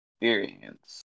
experience